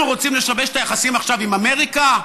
אנחנו רוצים לשבש את היחסים עכשיו עם אמריקה?